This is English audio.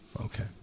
okay